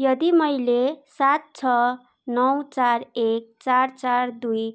यदि मैले सात छ नौ चार एक चार चार दुई